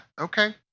okay